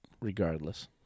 regardless